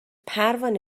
پروانه